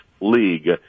league